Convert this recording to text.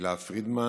תהלה פרידמן,